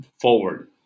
forward